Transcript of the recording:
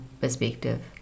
perspective